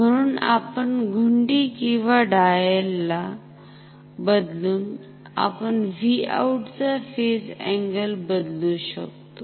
म्हणून आपण घुंडी किंवा डायल ला बदलुन आपण Vout चा फेज अँगल बदलू शकतो